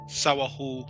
sawahu